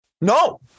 No